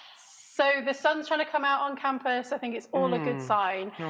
so, the sun's trying to come out on campus, i think it's all a good sign?